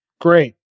Great